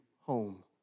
home